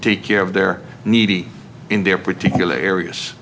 take care of their needy in their particular areas